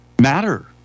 matter